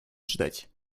ждать